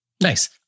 Nice